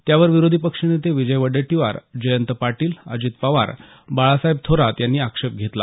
त्यावर विरोधी पक्षनेते विजय वडेट्टीवार जयंत पाटील अजित पवार बाळासाहेब थोरात यांनी आक्षेप घेतला